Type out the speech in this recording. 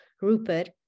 Rupert